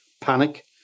panic